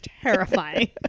terrifying